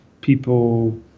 people